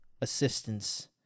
assistance